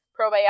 probiotics